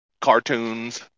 cartoons